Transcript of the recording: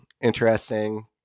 interesting